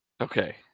Okay